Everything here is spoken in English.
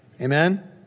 Amen